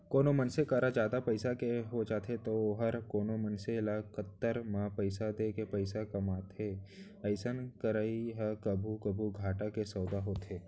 कोनो मनसे करा जादा पइसा हो जाथे तौ वोहर कोनो मनसे ल कन्तर म पइसा देके पइसा कमाथे अइसन करई ह कभू कभू घाटा के सौंदा होथे